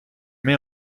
met